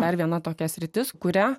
dar viena tokia sritis kurią